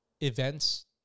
events